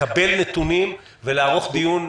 לקבל נתונים ולערוך דיון נוסף בעניין הזה בהקדם.